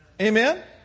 Amen